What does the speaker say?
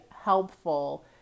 helpful